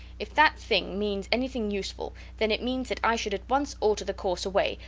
if that thing means anything useful, then it means that i should at once alter the course away,